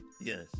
Yes